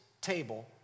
table